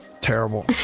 terrible